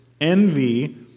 Envy